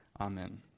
Amen